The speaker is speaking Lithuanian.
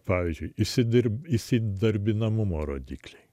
pavyzdžiui išsidirbę įsidarbinamumo rodikliai